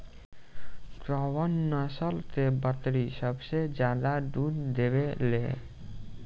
कउन नस्ल के बकरी सबसे ज्यादा दूध देवे लें?